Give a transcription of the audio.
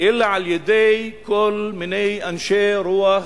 אלא על-ידי כל מיני אנשי רוח,